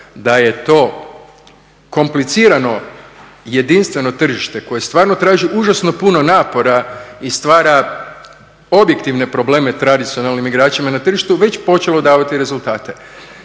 da je to komplicirano tržište koje stvarno traži užasno puno napora i stvara objektivne probleme tradicionalnim igračima na tržištu već počelo davati rezultate.